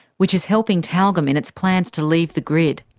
which is helping tyalgum in its plans to leave the grid.